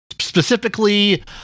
Specifically